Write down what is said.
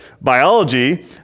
biology